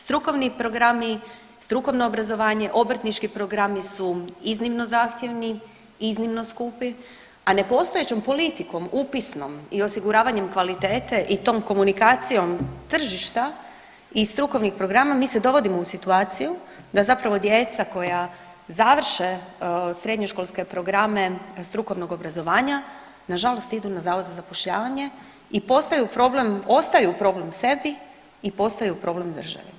Strukovni programi, strukovno obrazovanje, obrtnički programi su iznimno zahtjevni, iznimno skupi, a ne postojećom politikom upisnom i osiguravanjem kvalitete i tom komunikacijom tržišta i strukovnih programa mi se dovodimo u situaciju da zapravo djeca koja završe srednjoškolske programe strukovnog obrazovanja nažalost idu na Zavod za zapošljavanje i postaju problem, ostaju problem sebi i postaju problem državi.